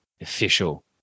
official